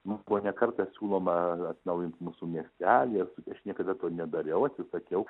mums buvo ne kartą siūloma atnaujint mūsų miestelį esu aš niekada to nedariau atsisakiau